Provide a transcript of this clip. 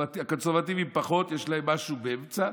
קונסרבטיבים, פחות, יש להם משהו באמצע.